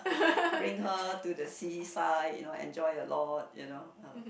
bring her to the sea side and you know enjoy a lot you know uh